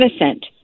innocent